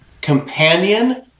Companion